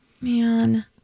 Man